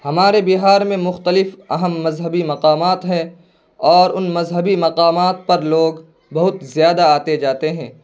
ہمارے بہار میں مختلف اہم مذہبی مقامات ہیں اور ان مذہبی مقامات پر لوگ بہت زیادہ آتے جاتے ہیں